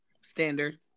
Standard